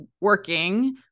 working